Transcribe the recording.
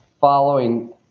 following